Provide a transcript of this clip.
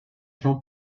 jean